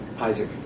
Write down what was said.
Isaac